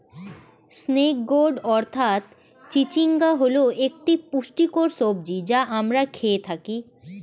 snake gourd অর্থাৎ চিচিঙ্গা হল একটি পুষ্টিকর সবজি যা আমরা খেয়ে থাকি